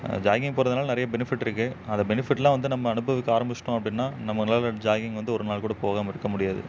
jogging போகிறதுனால நிறைய benefit இருக்குது அதை பெனிஃபிட்லாம் வந்து நம்ம அனுபவிக்க ஆரம்பிச்சிட்டோம் அப்படின்னா நம்மளால ஜாகிங் வந்து ஒரு நாள் கூட போகாமல் இருக்க முடியாது